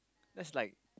that's like